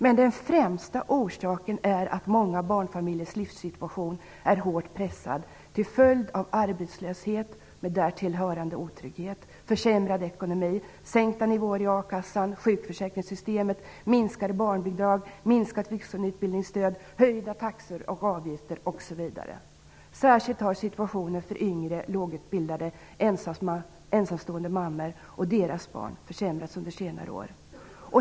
Men den främsta orsaken är att många barnfamiljers livssituation är hårt pressad till följd av arbetslöshet med därtill hörande otrygghet, försämrad ekonomi, sänkta nivåer i a-kassan, sjukförsäkringssystemet, minskade barnbidrag, minskat vuxenutbildningsstöd, höjda taxor och avgifter osv. Särskilt har situationen för yngre, lågutbildade, ensamstående mammor och deras barn försämrats under senare år.